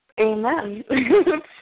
Amen